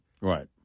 Right